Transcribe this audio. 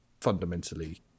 fundamentally